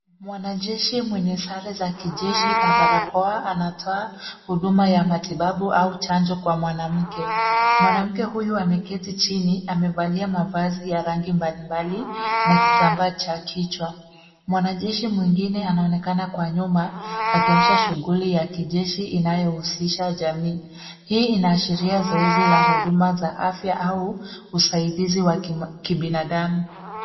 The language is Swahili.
Mwanajeshi mwenye sare za kijeshi na barakoa anatoa huduma ya matibabu au chanjo kwa mwanamke. Mwanamke huyu ameketi chini, amevalia mavazi ya rangi mbalimbali na kitambaa cha kichwa. Mwanajeshi mwingine anaonekana kwa nyuma akionyesha shughuli ya kijeshi inayohusisha jamii. Hii inaashiria zoezi la huduma za afya au usaidizi wa kibinadamu.